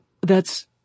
thats